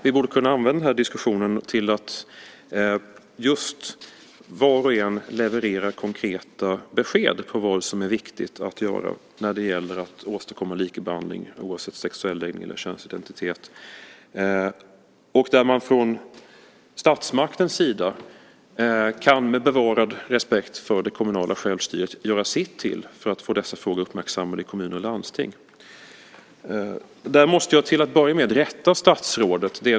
Vi borde kunna använda diskussionen till att var och en leverera konkreta besked om vad som är viktigt att göra när det gäller att åstadkomma likabehandling oavsett sexuell läggning eller könsidentitet. Från statsmaktens sida kan man med bevarad respekt för det kommunala självstyret göra sitt till för att få dessa frågor uppmärksammade i kommuner och landsting. Här måste jag till att börja med rätta statsrådet.